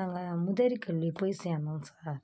நாங்கள் முதியோர் கல்வி போய் சேர்ந்தோம் சார்